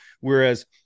whereas